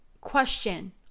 question